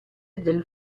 del